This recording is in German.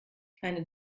eine